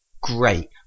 great